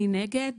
מי נגד?